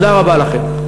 תודה רבה לכם.